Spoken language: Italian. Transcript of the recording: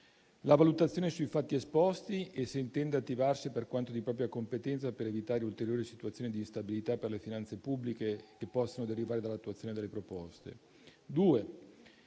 la valutazione sui fatti esposti e se intenda attivarsi, per quanto di propria competenza, per evitare ulteriori situazioni di instabilità per le finanze pubbliche che possano derivare dall'attuazione delle proposte; se